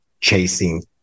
chasing